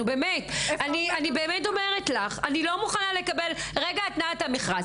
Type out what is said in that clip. אני לא מוכנה לקבל "מרגע התנעת המכרז",